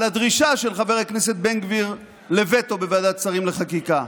על הדרישה של חבר הכנסת בן גביר לווטו בוועדת שרים לחקיקה: